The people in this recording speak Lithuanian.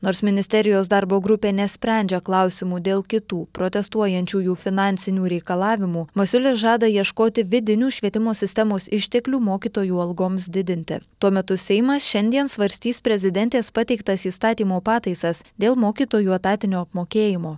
nors ministerijos darbo grupė nesprendžia klausimų dėl kitų protestuojančiųjų finansinių reikalavimų masiulis žada ieškoti vidinių švietimo sistemos išteklių mokytojų algoms didinti tuo metu seimas šiandien svarstys prezidentės pateiktas įstatymo pataisas dėl mokytojų etatinio apmokėjimo